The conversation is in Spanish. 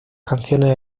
canciones